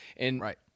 Right